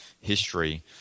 history